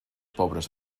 pobres